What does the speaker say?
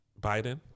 Biden